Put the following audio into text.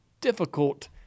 difficult